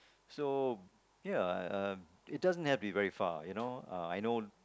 so ya uh it doesn't have to be very far you know I know